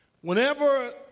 Whenever